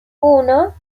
uno